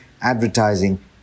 Advertising